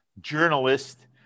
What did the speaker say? journalist